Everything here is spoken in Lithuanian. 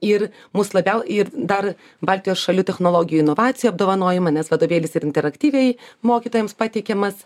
ir mus labiau ir dar baltijos šalių technologijų inovacijų apdovanojimą nes vadovėlis ir interaktyviai mokytojams pateikiamas